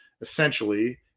essentially